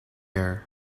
air